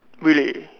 really